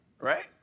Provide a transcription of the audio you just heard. right